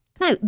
Now